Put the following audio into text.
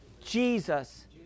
Jesus